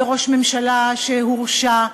וראש ממשלה שהורשע,